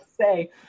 say